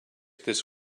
this